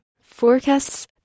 forecasts